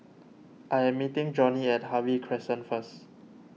I am meeting Johnnie at Harvey Crescent first